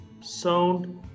sound